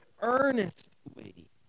earnestly